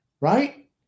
right